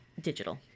digital